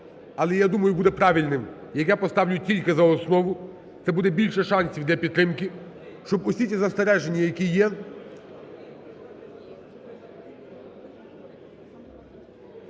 але я думаю, буде правильним, як я поставлю тільки за основу, це буде більше шансів для підтримки. Щоб усі ці застереження, які є...